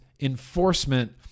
enforcement